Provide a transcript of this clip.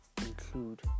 include